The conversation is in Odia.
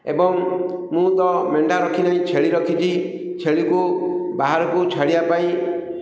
ଏବଂ ମୁଁ ତ ମେଣ୍ଢା ରଖିନାହିଁ ଛେଳି ରଖିଛି ଛେଳିକୁ ବାହାରକୁ ଛାଡ଼ିବା ପାଇଁ